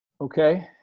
Okay